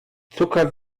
zucker